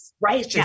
Right